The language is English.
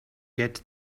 get